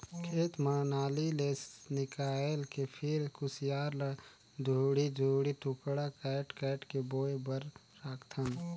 खेत म नाली ले निकायल के फिर खुसियार ल दूढ़ी दूढ़ी टुकड़ा कायट कायट के बोए बर राखथन